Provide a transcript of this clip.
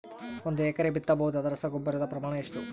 ಒಂದು ಎಕರೆಗೆ ಬಿತ್ತಬಹುದಾದ ರಸಗೊಬ್ಬರದ ಪ್ರಮಾಣ ಎಷ್ಟು?